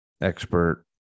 expert